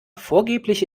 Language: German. vorgebliche